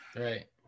Right